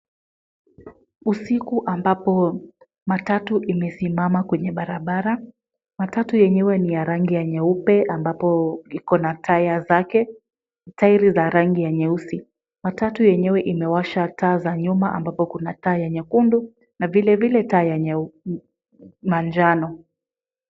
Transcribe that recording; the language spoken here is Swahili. Usiku ambapo matatu imesimama kwenye barabara. Matatu yenyewe ni ya rangi ya nyeupe ambapo iko na tire zake, tairi za rangi ya nyeusi. Matatu yenyewe imewasha taa za nyuma ambapo kuna taa ya nyekundu na vilevile taa ya manjano.